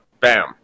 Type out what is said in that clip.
bam